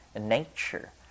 nature